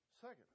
second